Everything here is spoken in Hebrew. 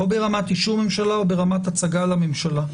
זה צריך להיות או ברמת אישור ממשלה או ברמת הצגה לממשלה.